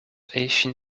asian